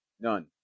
none